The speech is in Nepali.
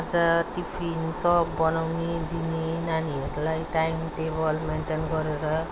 खाजा टिफिन सब बनाउने दिने नानीहरूलाई टाइम टेबल मेन्टेन गरेर